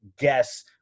guess